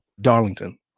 Darlington